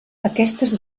aquestes